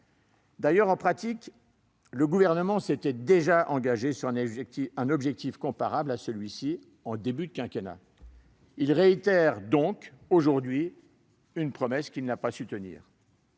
D'ailleurs, en pratique, le Gouvernement s'était déjà engagé sur un objectif comparable en début de quinquennat. Il réitère donc aujourd'hui une promesse qu'il n'a pas su tenir.